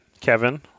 Kevin